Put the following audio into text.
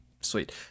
sweet